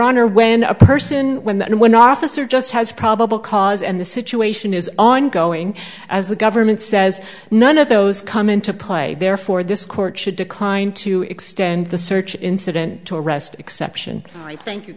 honor when a person when that one officer just has probable cause and the situation is ongoing as the government says none of those come into play therefore this court should decline to extend the search incident to arrest exception thank you